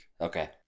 Okay